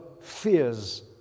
fears